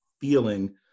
feeling